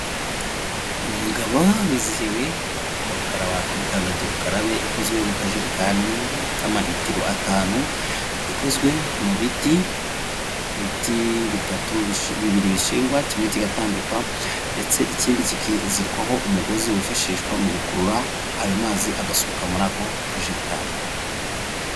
Umugabo wizihiwe uri gukaraba kuri kandagira ukarabe ikozwe mu kajerekani k'amaritiro atanu, ikozwe mu biti, ibiti bitatu, bibiri bishingwa kimwe kigatambikwa ndetse ikindi kikazirikwaho umugozi wifashishwa mu gukurura ayo mazi agasohoka muri ako kajerekani.